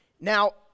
Now